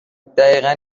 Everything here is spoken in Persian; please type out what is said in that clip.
دقیقن